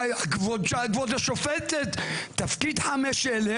כבוד השופטת, תפקיד 5,000